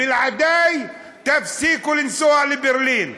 בלעדיי תפסיקו לנסוע לברלין.